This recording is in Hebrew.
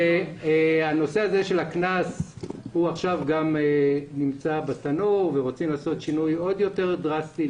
הנושא הזה של הקנס נמצא בתנור ורוצים לעשות שינוי עוד יותר דרסטי.